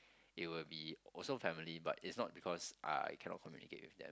it will be also family but is not because uh I cannot communicate with them